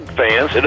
fans